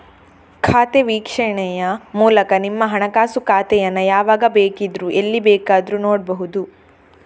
ಖಾತೆ ವೀಕ್ಷಣೆಯ ಮೂಲಕ ನಿಮ್ಮ ಹಣಕಾಸು ಖಾತೆಯನ್ನ ಯಾವಾಗ ಬೇಕಿದ್ರೂ ಎಲ್ಲಿ ಬೇಕಾದ್ರೂ ನೋಡ್ಬಹುದು